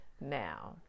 now